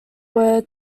were